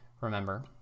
Remember